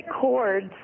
cords